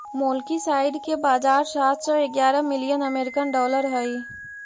molluscicide के बाजार सात सौ ग्यारह मिलियन अमेरिकी डॉलर हई